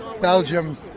Belgium